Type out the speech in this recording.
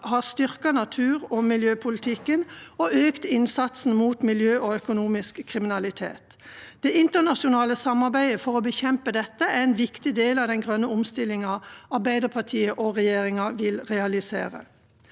har styrket naturog miljøpolitikken og økt innsatsen mot miljøkriminalitet og økonomisk kriminalitet. Det internasjonale samarbeidet for å bekjempe dette er en viktig del av den grønne omstillingen Arbeiderpartiet og regjeringa vil realisere.